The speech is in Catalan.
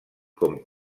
com